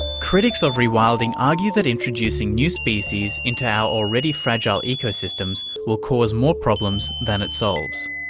critics of rewilding argue that introducing new species into our already fragile ecosystems will cause more problems than it solves.